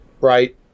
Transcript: right